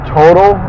total